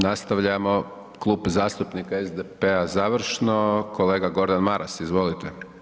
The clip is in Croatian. Nastavljamo, Klub zastupnika SDP-a završno, kolega Gordan Maras, izvolite.